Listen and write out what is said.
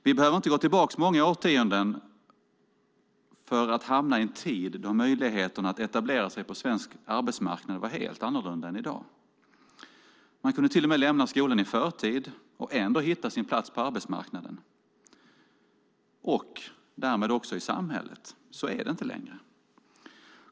Vi behöver inte gå tillbaka många årtionden för att hamna i en tid då möjligheten att etablera sig på svensk arbetsmarknad var helt annorlunda än i dag. Man kunde till och med lämna skolan i förtid och ändå hitta sin plats på arbetsmarknaden och därmed också i samhället. Så är det inte längre.